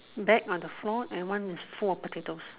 bag on the floor and one is full of potatoes